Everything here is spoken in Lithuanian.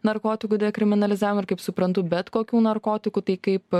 narkotikų dekriminalizavimą ir kaip suprantu bet kokių narkotikų tai kaip